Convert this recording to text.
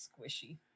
Squishy